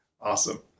Awesome